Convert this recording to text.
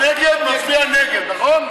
מי שנגד מצביע נגד, נכון?